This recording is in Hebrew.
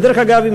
ודרך אגב,